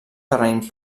terreny